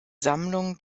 sammlungen